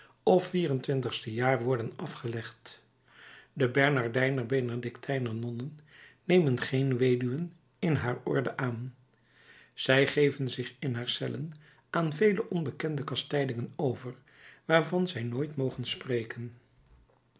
of vier-en-twintigste jaar worden afgelegd de bernardijner benedictijner nonnen nemen geen weduwen in haar orde aan zij geven zich in haar cellen aan vele onbekende kastijdingen over waarvan zij nooit mogen spreken